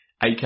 AK